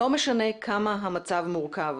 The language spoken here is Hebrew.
לא משנה כמה המצב מורכב.